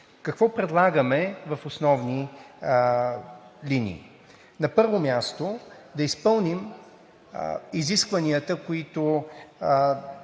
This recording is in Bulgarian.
Какво предлагаме в основни линии? На първо място, да изпълним изискванията на